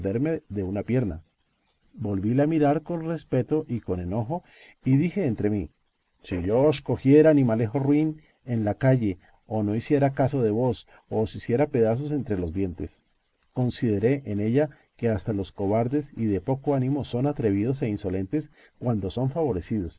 de una pierna volvíla a mirar con respecto y con enojo y dije entre mí si yo os cogiera animalejo ruin en la calle o no hiciera caso de vos o os hiciera pedazos entre los dientes consideré en ella que hasta los cobardes y de poco ánimo son atrevidos e insolentes cuando son favorecidos